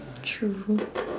true